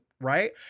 right